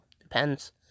Depends